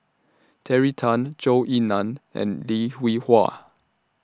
Terry Tan Zhou Ying NAN and Lim Hwee Hua